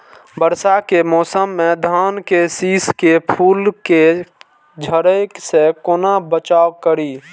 वर्षा के मौसम में धान के शिश के फुल के झड़े से केना बचाव करी?